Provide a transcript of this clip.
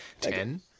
Ten